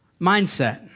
mindset